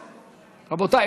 רבותיי,